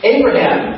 Abraham